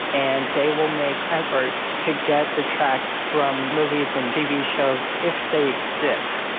and they will make efforts to get the tracks from movies and tv shows, if they exist.